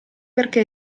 perché